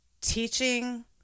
Teaching